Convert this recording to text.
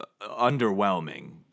underwhelming